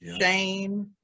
shame